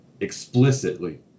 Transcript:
explicitly